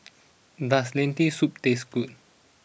does Lentil Soup taste good